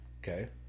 Okay